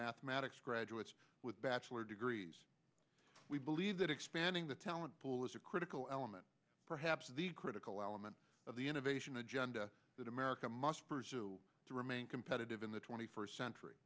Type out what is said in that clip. mathematics graduates with bachelor degrees we believe that expanding the talent pool is a critical element perhaps the critical element of the innovation agenda that america must pursue to remain competitive in the twenty first century